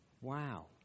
wow